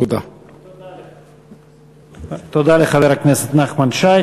תודה לחבר הכנסת נחמן שי.